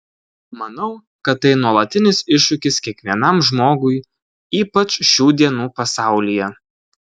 manau kad tai nuolatinis iššūkis kiekvienam žmogui ypač šių dienų pasaulyje